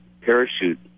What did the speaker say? parachute